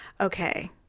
okay